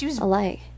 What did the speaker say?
alike